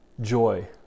joy